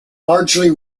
largely